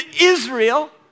Israel